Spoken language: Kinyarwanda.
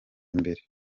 imbere